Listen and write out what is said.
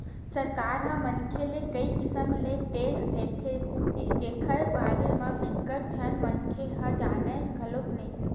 सरकार ह मनखे ले कई किसम ले टेक्स लेथे जेखर बारे म बिकट झन मनखे ह जानय घलो नइ